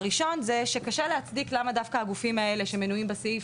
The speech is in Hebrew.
הראשון זה שקשה להצדיק למה דווקא הגופים האלו שמנויים בסעיף,